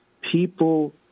people